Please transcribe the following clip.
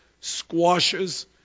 squashes